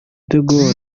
degaule